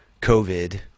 COVID